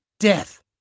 Death